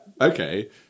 Okay